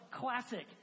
Classic